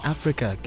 Africa